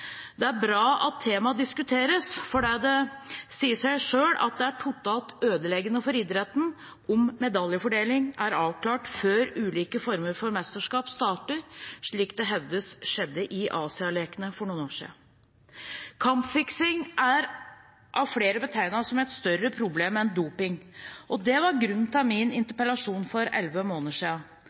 Det er bra at temaet diskuteres, for det sier seg selv at det er totalt ødeleggende for idretten om medaljefordeling er avklart før ulike former for mesterskap starter, slik det hevdes skjedde i Asialekene for noen år siden. Kampfiksing er av flere betegnet som et større problem enn doping, og det var grunnen til min interpellasjon for ti måneder